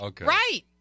right